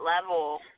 level